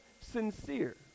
sincere